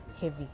heavy